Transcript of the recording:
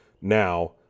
now